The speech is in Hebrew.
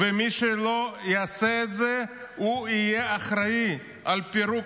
ומי שלא יעשה את זה יהיה אחראי לפירוק